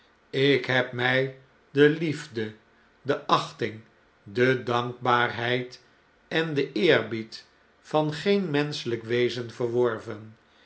lk heb mjj deliefde de achting de dankbaarheid en den eerbied van geen menschelp wezen verworven